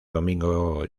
domingo